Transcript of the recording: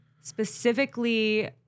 specifically